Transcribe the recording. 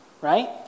right